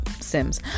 sims